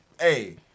Hey